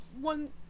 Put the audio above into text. one